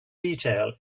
detail